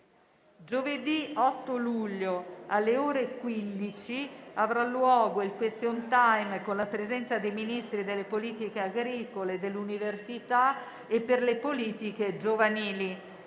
Giovedì 8 luglio, alle ore 15, avrà luogo il *question time* con la presenza dei Ministri delle politiche agricole, dell'università e per le politiche giovanili.